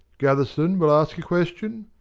gatherson will ask a question.